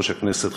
יושב-ראש הכנסת,